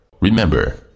Remember